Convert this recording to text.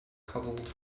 cuddled